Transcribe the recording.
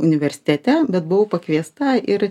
universitete bet buvau pakviesta ir